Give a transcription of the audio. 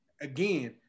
again